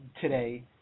today